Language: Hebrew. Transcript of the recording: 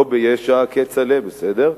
לא ביש"ע, כצל'ה, בסדר.